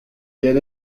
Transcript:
get